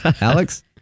Alex